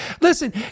Listen